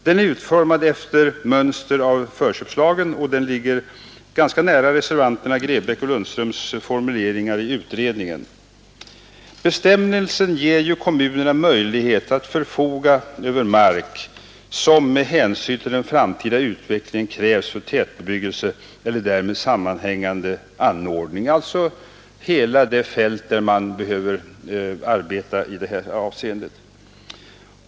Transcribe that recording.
Den är utformad efter mönster av förköpslagen och ligger ganska nära reservanterna herr Grebäcks och herr Lundströms formuleringar i utredningen. Bestämmelsen ger kommunerna möjlighet att förfoga över mark, som med hänsyn till den framtida utvecklingen krävs för tätbebyggelse eller därmed sammanhängande anordningar, alltsa hela det fält där man behöver arbeta i detta avseende.